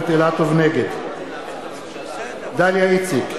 נגד דליה איציק,